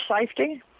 safety